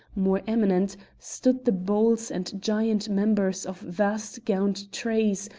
more eminent, stood the boles and giant members of vast gaunt trees,